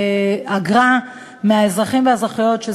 היינו יכולים להרים את האתגר של בניית חוקה והבאת חוקה